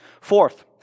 Fourth